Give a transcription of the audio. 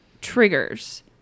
triggers